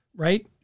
Right